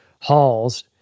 halls